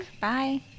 Bye